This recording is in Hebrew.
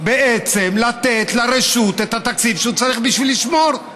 בעצם לתת לרשות את התקציב שהיא צריכה בשביל לשמור,